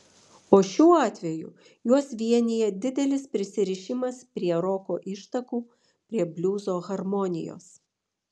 o šiuo atveju juos vienija didelis prisirišimas prie roko ištakų prie bliuzo harmonijos